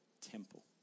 temple